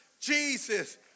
Jesus